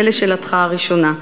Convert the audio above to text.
זה לשאלתך הראשונה.